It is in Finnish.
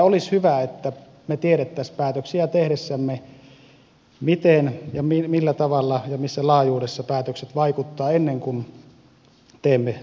olisi hyvä että me tietäisimme päätöksiä tehdessämme miten ja millä tavalla ja missä laajuudessa päätökset vaikuttavat ennen kuin teemme lopullisia päätöksiä